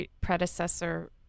predecessor